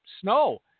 snow